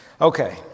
Okay